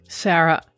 Sarah